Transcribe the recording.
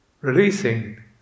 releasing